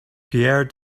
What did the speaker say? pierre